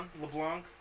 LeBlanc